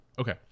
Okay